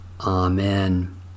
Amen